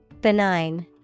Benign